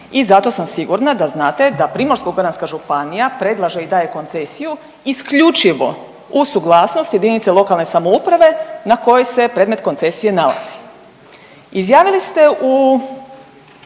i zato sam sigurna da znate da Primorsko-goranska županija predlaže i daje koncesiju isključivo uz suglasnost jedinice lokalne samouprave na kojoj se predmet koncesije nalazi. Izjavili ste u